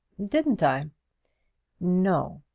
didn't i no.